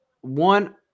one